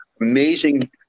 amazing